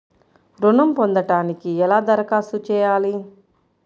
ఋణం పొందటానికి ఎలా దరఖాస్తు చేయాలి?